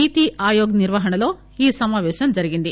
నీతీ ఆయోగ్ నిర్వహణలో ఈ సమాపేశం జరిగింది